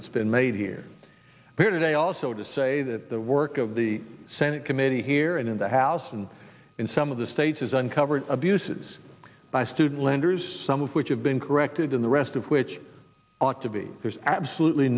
that's been made here here today also to say that the work of the senate committee here and in the house and in some of the states has uncovered abuses by student lenders some of which have been corrected in the rest of which ought to be there's absolutely